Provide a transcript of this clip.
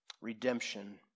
redemption